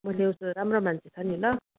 म ल्याउँछु राम्रो मान्छे छ नि ल